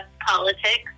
politics